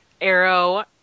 Arrow